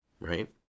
right